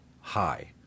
high